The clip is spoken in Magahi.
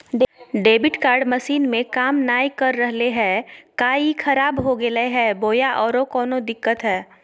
डेबिट कार्ड मसीन में काम नाय कर रहले है, का ई खराब हो गेलै है बोया औरों कोनो दिक्कत है?